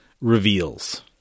reveals